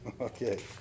okay